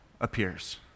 appears